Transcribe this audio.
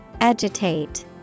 Agitate